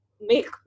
make